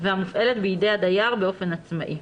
והמופעלת בידי הדייר באופן עצמאי,